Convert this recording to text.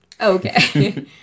Okay